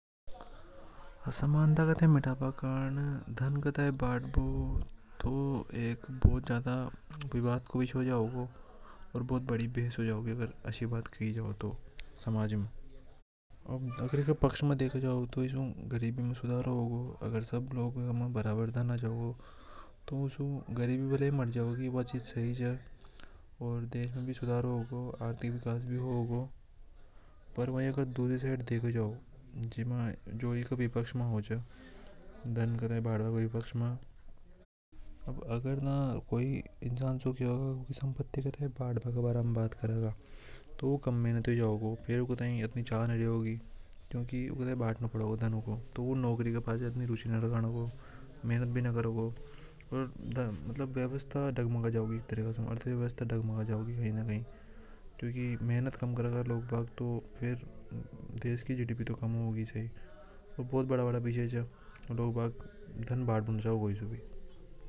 असमानताएं मितबा कंजे धन को बाठ बो तो एक बहुत ज्यादा विवाद को इसु हो जावे गौ ओर बहुत बड़ी भेस हो जावेगी। अगर असहाय होया तो समाज में अगर एक पक्ष में देखाया जावे तो सब में बराबर धन आ जावे गो गरीबी में सुधार होवेगो लोगों में बराबर धन आ जाएगा इसे गरीबी भी मट जावेगी व बात सही च। देश में सुधार होगा आर्थिक विकास होवे गो पर अगर दूसरी साइट दिखाया जावे तो इंसान सुखी होता भी संपत्ति बआल ठबा के बारे में बात करेगा यूकी मेहनत कम हो जावेगी। उसे इतनी चाह नि होगी व्यवस्था दाग मग जावेगी कही न कही क्योंकि मेहनत कम करना से देश की जीडीपी तो कम हो घी भूत बड़ा बड़ा विषयों च लोग बैग भान बेबो नि चाव किसी से भी।